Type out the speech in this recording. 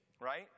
right